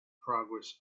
progress